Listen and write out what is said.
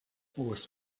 was